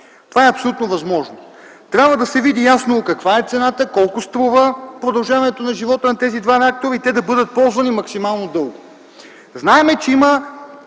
Това е абсолютно възможно. Трябва да се види ясно каква е цената, колко струва продължаването на живота на тези два реактора и те да бъдат ползвани максимално дълго. Знаем, че има